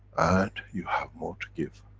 and you have more to give,